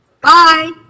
bye